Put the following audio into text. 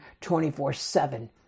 24.7